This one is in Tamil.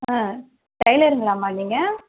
ஆ டைலருங்களாம்மா நீங்கள்